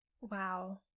Wow